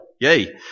Yay